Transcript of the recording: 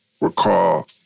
recall